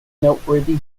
noteworthy